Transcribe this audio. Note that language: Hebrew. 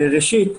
ראשית,